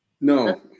No